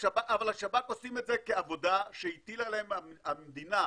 אבל השב"כ עושים את זה כעבודה שהטילה עליהם המדינה.